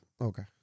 Okay